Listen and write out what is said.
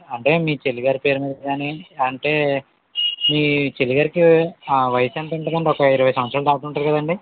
అంటే మీ చెల్లి గారి పేరు మీద కాని అంటే మీ చెల్లి గారికి వయసెంత ఉంటుంది అండీ ఒక ఇరవై సంవత్సరాలు దాకా ఉంటుంది కదండీ